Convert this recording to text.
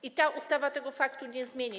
I ta ustawa tego faktu nie zmieni.